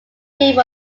deal